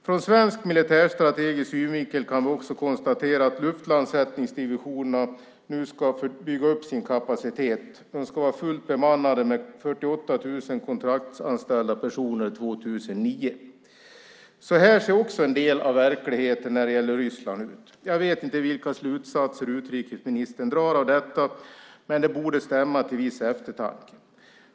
Från svensk militärstrategisk synvinkel kan vi också konstatera att luftlandsättningsdivisionerna nu ska bygga upp sin kapacitet. De ska vara fullt bemannade med 48 000 kontraktsanställda personer 2009. Så här ser också en del av verkligheten när det gäller Ryssland ut. Jag vet inte vilka slutsatser utrikesministern drar av detta, men det borde stämma till viss eftertanke.